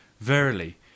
Verily